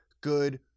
Good